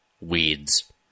weeds